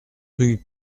rue